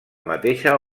mateixa